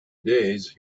days